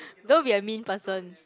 don't be a mean person